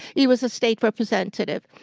he was a state representative,